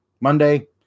Monday